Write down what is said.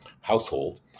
household